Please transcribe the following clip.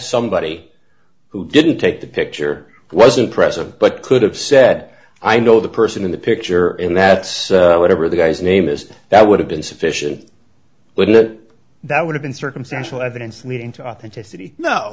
somebody who didn't take the picture was impressive but could have said i know the person in the picture and that whatever the guy's name is that would have been sufficient but that would have been circumstantial evidence leading to authenticity no